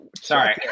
sorry